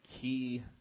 key